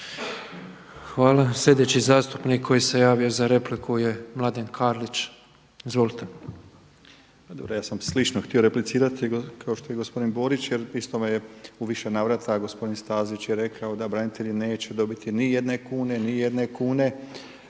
Hvala. Sljedeći zastupnik koji se javio za repliku je Mladen Karlić. Izvolite. **Karlić, Mladen (HDZ)** Ja sam slično htio replicirati kao što je i gospodin Borić, jer isto me je u više navrata gospodin Stazić je rekao da branitelji neće dobiti ni jedne kune, a gospodin